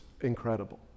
incredible